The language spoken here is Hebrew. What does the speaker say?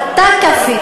אתה כפית,